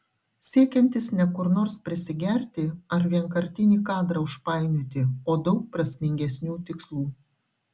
siekiantis ne kur nors prisigerti ar vienkartinį kadrą užpainioti o daug prasmingesnių tikslų